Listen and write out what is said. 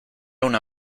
una